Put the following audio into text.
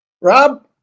Rob